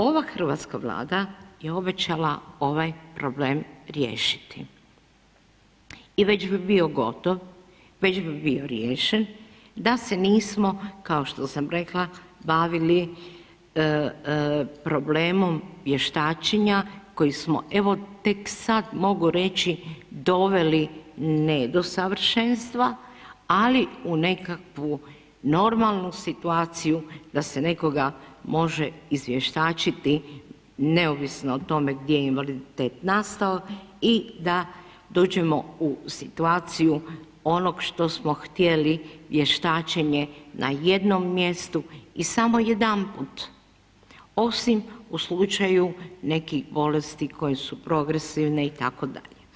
Ova hrvatska Vlada je obećala ovaj problem riješiti i već bi bio gotov, već bi bio riješen da se nismo kao što sam rekla bavili problemom vještačenja koji smo evo tek sada mogu reći doveli ne do savršenstva, ali u nekakvu normalnu situaciju da se nekoga može izvjštačiti neovisno o tome gdje je invaliditet nastao i da dođemo u situaciju onog što smo htjeli vještačenje na jednom mjestu i samo jedanput, osim u slučaju nekih bolesti koje su progresivne itd.